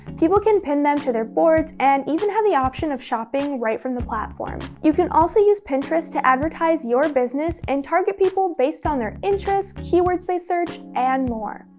people can pin them to their boards and even have the option of shopping right from the platform. you can also use pinterest to advertise your business and target people based on their interests, keywords they search, and more.